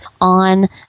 on